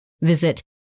visit